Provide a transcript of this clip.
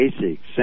basic